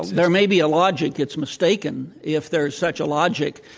there may be a logic. it's mistaken if there is such a logic.